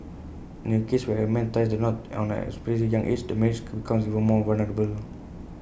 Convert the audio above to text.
in A cases where A man ties the knot at an especially young age the marriage becomes even more vulnerable